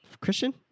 christian